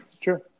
Sure